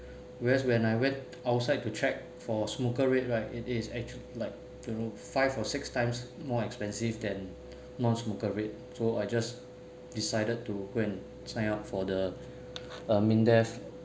whereas when I went outside to check for smoker rate right it is actually like five or six times more expensive than non-smoker rate so I just decided to go and sign up for the uh MINDEF